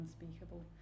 unspeakable